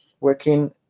working